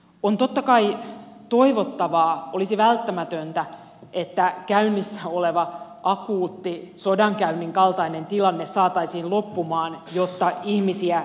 on totta kai toivottavaa olisi välttämätöntä että käynnissä oleva akuutti sodankäynnin kaltainen tilanne saataisiin loppumaan jotta ihmisiä ei kuolisi